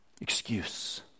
Excuse